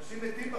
אנשים מתים בחוץ.